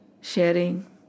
sharing